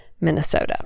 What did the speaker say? Minnesota